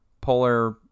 Polar